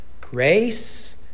Grace